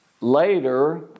later